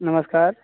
नमस्कार